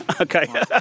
Okay